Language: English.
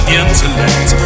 intellect